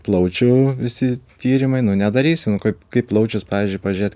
plaučių visi tyrimai nu nedarysi nu kaip kaip plaučius pavyzdžiui pažiūrėt